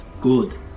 good